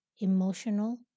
emotional